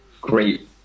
great